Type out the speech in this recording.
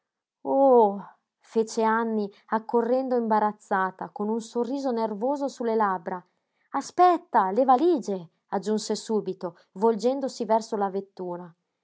oh fece anny accorrendo imbarazzata con un sorriso nervoso su le labbra aspetta le valige aggiunse subito volgendosi verso la vettura